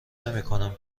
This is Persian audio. نمیکنم